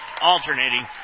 alternating